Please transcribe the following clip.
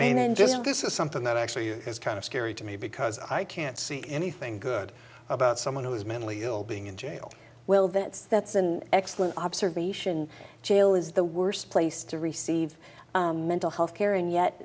mean and just this is something that actually is kind of scary to me because i can't see anything good about someone who's mentally ill being in jail well that's that's an excellent observation jail is the worst place to receive mental health care and yet